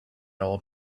old